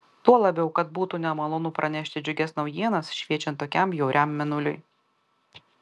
tuo labiau kad būtų nemalonu pranešti džiugias naujienas šviečiant tokiam bjauriam mėnuliui